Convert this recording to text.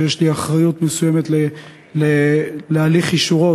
שיש לי אחריות מסוימת להליך אישורו,